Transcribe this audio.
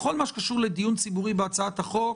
בכל הקשור לדיון ציבורי בהצעת החוק